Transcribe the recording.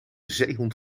zeehond